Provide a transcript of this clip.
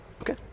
Okay